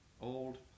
old